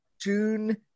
june